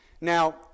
Now